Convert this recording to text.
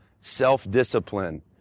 self-discipline